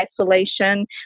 isolation